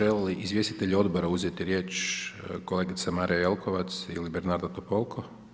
Žele li izvjestitelji odbora uzeti riječ kolegica Marija Jelkovac ili Bernarda Topolko?